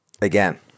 again